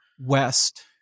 west